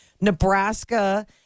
Nebraska